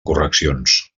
correccions